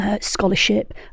scholarship